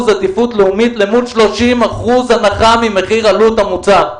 אל מול 30 אחוזים הנחה ממחיר עלות המוצר?